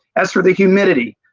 as for the humidity,